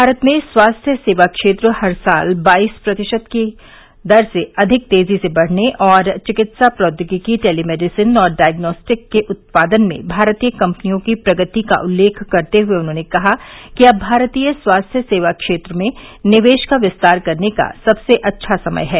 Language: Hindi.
भारत में स्वास्थ्य सेवा क्षेत्र हर साल बाइस प्रतिशत से अधिक तेजी से बढ़ने और चिकित्सा प्रौद्योगिकी टेलीमेडिसिन और डायग्नोस्टिक के उत्पादन में भारतीय कम्पनियों की प्रगति का उल्लेख करते हुए उन्होंने कहा कि अब भारतीय स्वास्थ्य सेवा क्षेत्र में निवेश का विस्तार करने का सबसे अच्छा समय है